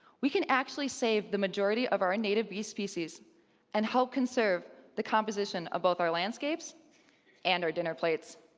we can actually save the majority of our native bee species and help conserve the composition of both our landscapes and our dinner plates.